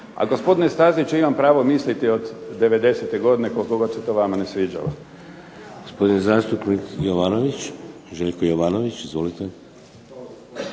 A gospodine Staziću imam pravo misliti od '90. godine koliko god se to vama ne sviđalo.